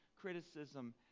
criticism